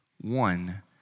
One